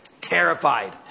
terrified